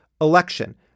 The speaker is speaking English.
election